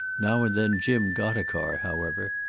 now and then jim got a car, however.